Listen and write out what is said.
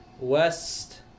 West